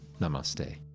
Namaste